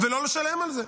ולא לשלם על זה?